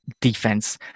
defense